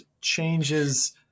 changes